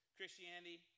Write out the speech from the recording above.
Christianity